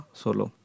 solo